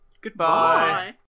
Goodbye